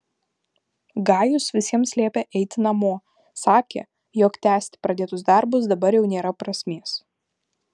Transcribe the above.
gajus visiems liepė eiti namo sakė jog tęsti pradėtus darbus dabar jau nėra prasmės